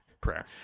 prayer